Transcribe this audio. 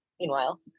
meanwhile